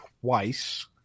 twice